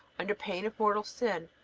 under pain of mortal sin,